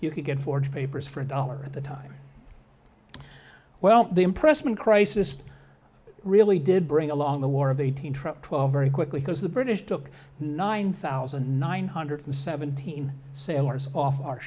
you could get forged papers for a dollar at the time well the impressment crisis really did bring along the war of eighteen truck twelve very quickly because the british took nine thousand nine hundred seventeen sailors off our